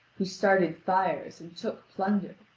who started fires and took plunder.